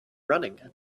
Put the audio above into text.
running